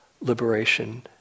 liberation